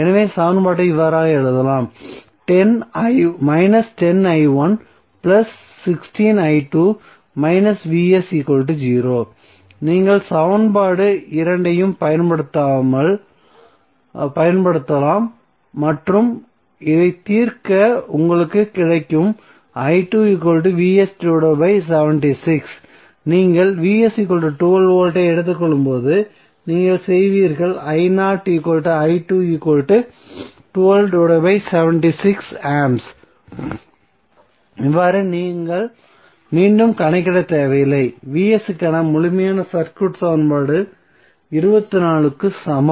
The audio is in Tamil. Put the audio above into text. எனவே சமன்பாட்டை இவ்வாறு எழுதலாம் நீங்கள் சமன்பாடு இரண்டையும் பயன்படுத்தலாம் மற்றும் அதை தீர்க்க உங்களுக்கு கிடைக்கும் நீங்கள் 12 V ஐ எடுத்துக் கொள்ளும்போது நீங்கள் செய்வீர்கள் A இப்போது நீங்கள் மீண்டும் கணக்கிட தேவையில்லை Vs க்கான முழுமையான சர்க்யூட் சமன்பாடு 24 க்கு சமம்